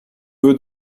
veux